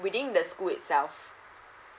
within the school itself